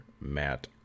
Matt